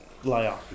layer